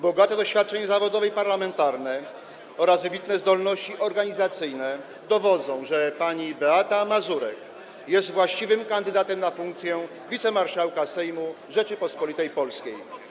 Bogate doświadczenie zawodowe i parlamentarne oraz wybitne zdolności organizacyjne dowodzą, że pani Beata Mazurek jest właściwym kandydatem na funkcję wicemarszałka Sejmu Rzeczypospolitej Polskiej.